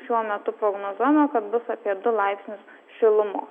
šiuo metu prognozuojama kad bus apie du laipsnius šilumos